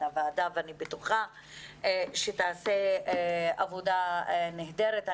הוועדה ואני בטוחה שתעשה עבודה נהדרת.